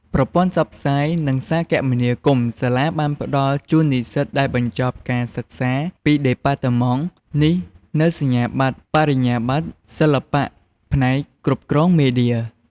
ប្រព័ន្ធផ្សព្វផ្សាយ និងសារគមនាគមន៍ សាលាបានផ្តល់ជូននិស្សិតដែលបញ្ចប់ការសិក្សាពីដេប៉ាតឺម៉ង់នេះនូវសញ្ញាបត្របរិញ្ញាបត្រសិល្បៈផ្នែកគ្រប់គ្រងមេឌៀ ។